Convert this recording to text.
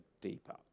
deeper